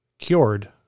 cured